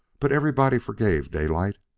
but everybody forgave daylight.